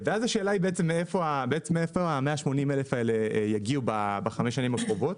ואז השאלה מאיפה ה-180 אלף האלה יגיעו בחמש השנים הקרובות.